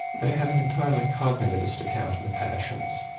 they have an entirely cognitavistic account of the passions.